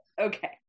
okay